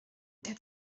der